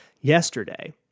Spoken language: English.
yesterday